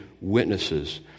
witnesses